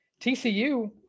TCU